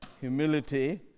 humility